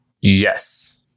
Yes